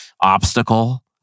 obstacle